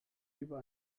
über